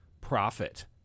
Profit